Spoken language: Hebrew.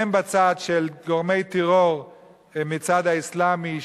אם בצד של גורמי טרור מהצד האסלאמי,